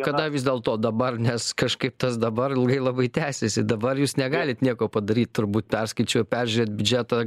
kada vis dėlto dabar nes kažkaip tas dabar ilgai labai tęsiasi dabar jūs negalit nieko padaryt turbūt perskaičiau peržiūrėt biudžetą